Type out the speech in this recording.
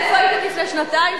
איפה הייתם לפני שנתיים,